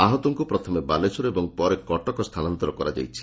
ଆହତଙ୍କୁ ପ୍ରଥମେ ବାଲେଶ୍ୱର ଓ ପରେ କଟକ ସ୍ତାନାନ୍ତର କରାଯାଇଛି